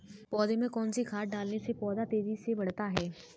पौधे में कौन सी खाद डालने से पौधा तेजी से बढ़ता है?